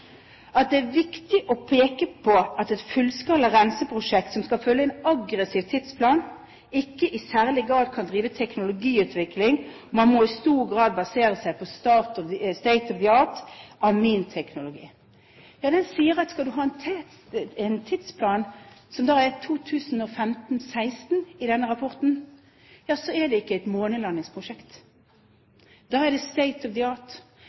at det er viktig å peke på at et fullskala renseprosjekt som skal følge en aggressiv tidsplan, ikke i særlig grad kan drive teknologiutvikling. Man må i stor grad basere seg på «state of the art»-aminteknologi. Den sier at skal man ha en tidsplan, som da er 2015–2016 i denne rapporten, er det ikke et månelandingsprosjekt. Da er det «state of